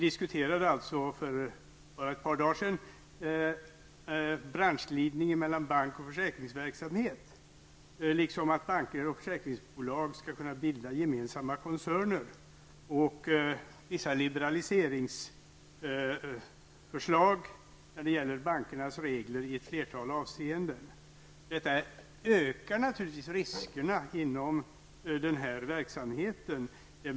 För ett par dagar sedan diskuterade vi branschglidningen mellan bank och försäkringsverksamhet liksom att banker och försäkringsbolag skulle kunna bilda gemensamma koncerner. Likaledes liberaliserades bankernas regler i ett flertal avseenden. Detta ökar naturligtvis riskerna inom den här verksamheten.